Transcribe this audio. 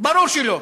ברור שלא.